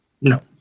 no